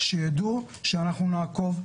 שיידעו שאנחנו נעקוב,